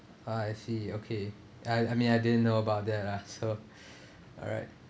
ah I see okay I I mean I didn't know about that lah so alright